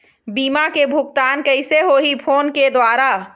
बीमा के भुगतान कइसे होही फ़ोन के द्वारा?